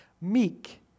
meek